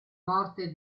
morte